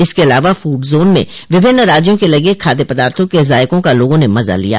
इसके अलावा food zone में विभिन्न राज्यों के लगे खाद्य पदार्थो के जायको का लोगों ने मजा लिया